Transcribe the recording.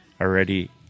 already